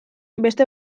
beste